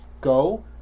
go